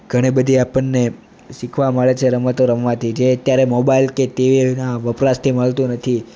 ઘણીબધી આપણને શીખવા મળે છે રમતો રમવાથી જે અત્યારે મોબાઈલ કે ટીવીના વપરાશથી મળતું નથી